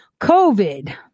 COVID